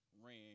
ran